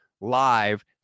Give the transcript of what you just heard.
live